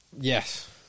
Yes